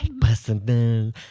personal